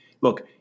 look